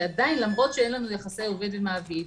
שעדיין למרות שאין לנו יחסי עובד ומעביד,